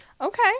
Okay